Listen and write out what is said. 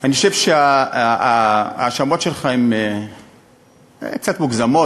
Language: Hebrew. אני חושב שההאשמות שלך הן קצת מוגזמות,